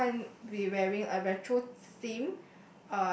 or you can't be wearing a retro themed